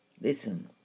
listen